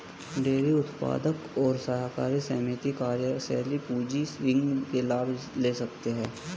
dairy उत्पादक और सहकारी समिति कार्यशील पूंजी ऋण के लाभ ले सकते है